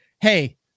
hey